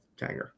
Tanger